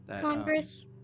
Congress